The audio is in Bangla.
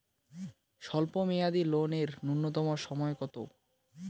স্বল্প মেয়াদী লোন এর নূন্যতম সময় কতো?